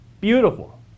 beautiful